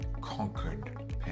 conquered